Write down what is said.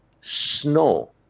snow